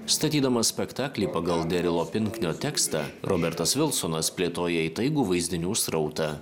statydamas spektaklį pagal derilo pinknio tekstą robertas vilsonas plėtoja įtaigų vaizdinių srautą